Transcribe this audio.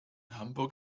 hamburg